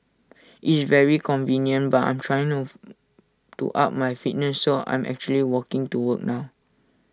IT is very convenient but I'm trying to to up my fitness so I'm actually walking to work now